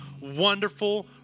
wonderful